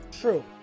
true